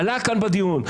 זה עלה כאן בדיון.